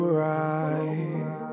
right